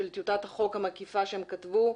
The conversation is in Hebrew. של טיוטת החוק המקיפה שהם כתבו.